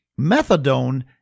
Methadone